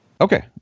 Okay